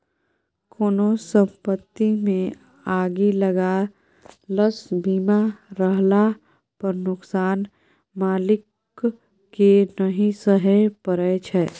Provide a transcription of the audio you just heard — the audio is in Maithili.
कोनो संपत्तिमे आगि लगलासँ बीमा रहला पर नोकसान मालिककेँ नहि सहय परय छै